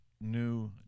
new